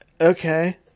okay